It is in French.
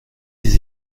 ses